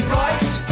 right